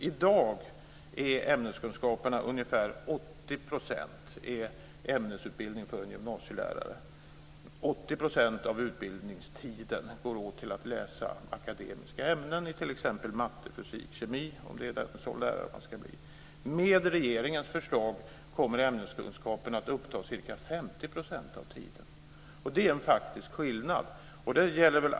I dag är ämnesutbildning ungefär 80 % för en gymnasielärare. 80 % av utbildningstiden går åt till att läsa akademiska ämnen, t.ex. matte, fysik och kemi om det är en sådan lärare man ska bli. Med regeringens förslag kommer ämneskunskaperna att uppta ca 50 % av tiden. Det är en faktisk skillnad.